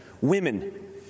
women